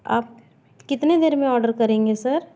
आप कितनी देर में ऑर्डर करेंगे सर